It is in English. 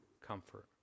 comfort